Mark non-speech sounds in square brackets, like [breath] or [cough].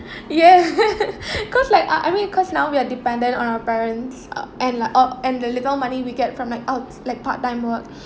[breath] ya [laughs] cause like I I mean cause now we are dependent on our parents uh and like oh and the little money we get from like outs~ like part time work